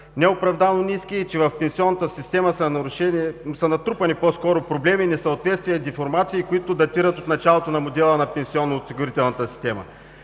неоправдано ниски и че в пенсионната система са натрупани проблеми, несъответствия и деформации, които датират от началото на модела на пенсионно-осигурителната система.